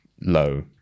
low